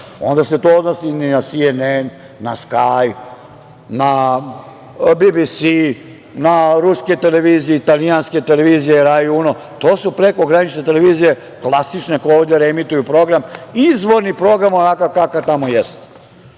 onda se to odnosi i na „CNN“, na „Skaj“, na „BBS“, na ruske televizije, italijanske televizije, „RAI Uno“. To su prekogranične televizije, klasične koje ovde reemituju program, izvorni program onakav kakav tamo jeste. Kako